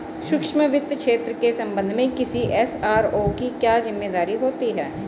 सूक्ष्म वित्त क्षेत्र के संबंध में किसी एस.आर.ओ की क्या जिम्मेदारी होती है?